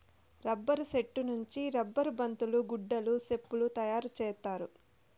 rubber సెట్టు నుంచి rubber బంతులు గుడ్డలు సెప్పులు తయారు చేత్తారు